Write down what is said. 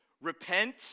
Repent